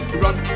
run